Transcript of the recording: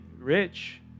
rich